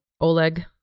Oleg